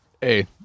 hey